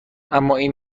امااین